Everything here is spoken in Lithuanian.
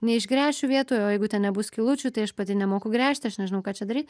neišgręšiu vietoj o jeigu ten nebus skylučių tai aš pati nemoku gręžti aš nežinau ką čia daryt